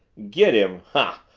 get him? huh!